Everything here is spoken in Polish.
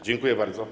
Dziękuję bardzo.